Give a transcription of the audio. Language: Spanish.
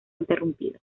interrumpido